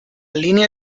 línea